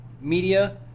media